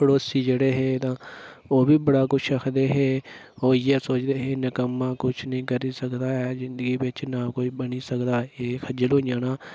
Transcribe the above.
पड़ोसी जेह्ड़े हे तां ओह् बी बड़ा कुछ आखदे हे ओह् इ'यै सोचदे हे निक्कमा कुछ नी करी सकदा ऐ जिन्दगी बिच्च ना कुछ बनी सकदा ऐ इ'यै खज्जल होई जाना